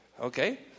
okay